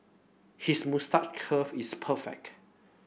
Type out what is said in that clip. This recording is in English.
his moustache curl is perfect